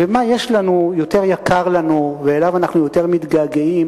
ומה יש לנו שיותר יקר לנו ושאליו אנחנו יותר מתגעגעים